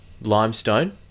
limestone